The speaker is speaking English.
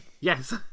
Yes